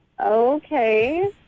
Okay